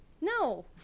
No